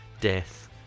death